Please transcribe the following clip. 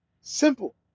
Simple